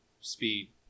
speed